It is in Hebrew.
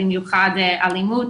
במיוחד אלימות,